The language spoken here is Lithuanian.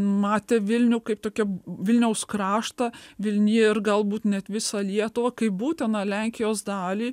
matė vilnių kaip tokiam vilniaus kraštą vilniuje ir galbūt net visą lietuvą kaip būtiną lenkijos dalį